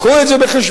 קחו את זה בחשבון.